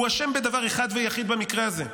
אשם בדבר אחד ויחיד במקרה הזה: